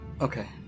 Okay